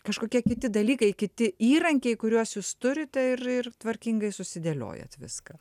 kažkokie kiti dalykai kiti įrankiai kuriuos jūs turite ir ir tvarkingai susidėliojate viskas